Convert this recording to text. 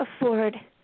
afford